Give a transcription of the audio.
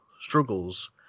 struggles